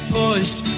pushed